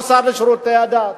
או השר לשירותי הדת,